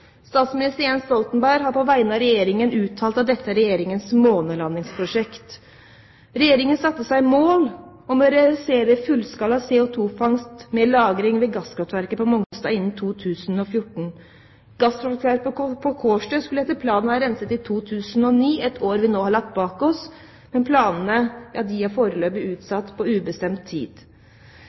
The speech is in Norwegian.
Statsminister Jens Stoltenberg har på vegne av Regjeringen uttalt at dette er Regjeringens «månelandingsprosjekt». Regjeringen satte seg som mål å realisere fullskala CO2-fangst og -lagring ved gasskraftverket på Mongstad innen 2014. Gasskraftverket på Kårstø skulle etter planen være renset i 2009, et år vi nå har lagt bak oss, men planene er foreløpig utsatt på ubestemt tid.